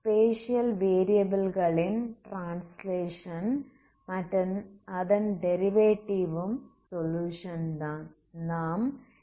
spatial வேரியபில்களின் translation மற்றும் அதன் டெரிவேடிவ் ம் சொலுயுஷன் தான்